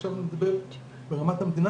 אני עכשיו מדבר ברמת המדינה,